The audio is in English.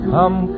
Come